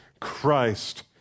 Christ